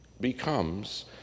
becomes